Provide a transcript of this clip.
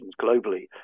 globally